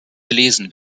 gelesen